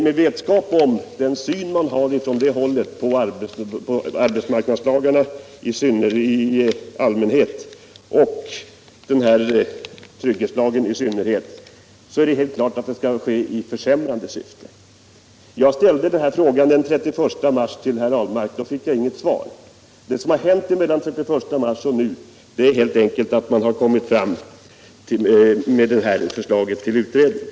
Med vetskap om den syn man från på det hållet har på arbetsmarknadslagarna i allmänhet och trygghetslagen i synnerhet är det helt klart att den översynen skall företas i försämrande syfte. Jag ställde frågan till Per Ahlmark den 31 mars, men då fick jag inget — Om planerade svar. Det som har hänt mellan den 31 mars och nu är helt enkelt att — ändringar i lagen man har kommit med det här förslaget till utredning.